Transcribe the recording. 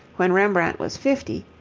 when rembrandt was fifty,